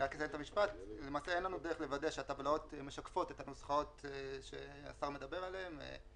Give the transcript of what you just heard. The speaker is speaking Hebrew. למעשה אין לנו דרך לוודא שהטבלאות משקפות את הנוסחאות שהשר מדבר עליהן.